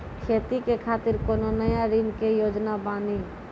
खेती के खातिर कोनो नया ऋण के योजना बानी?